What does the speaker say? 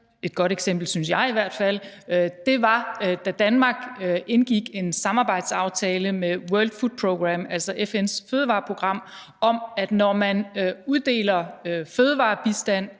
et godt eksempel, synes jeg i hvert fald – var, da Danmark indgik en samarbejdsaftale med World Food Programme, altså FN's fødevareprogram, om, når man uddeler fødevarebistand